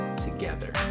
together